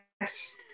yes